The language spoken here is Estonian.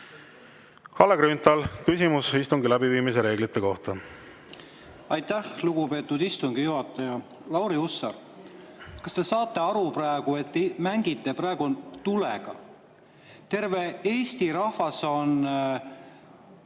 Kalle Grünthal, küsimus istungi läbiviimise reeglite kohta. Aitäh, lugupeetud istungi juhataja! Lauri Hussar, kas te saate aru, et te mängite tulega praegu? Terve Eesti rahvas on